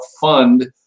fund